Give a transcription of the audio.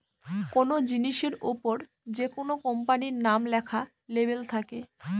কোনো জিনিসের ওপর যেকোনো কোম্পানির নাম লেখা লেবেল থাকে